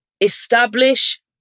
establish